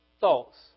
thoughts